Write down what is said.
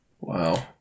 Wow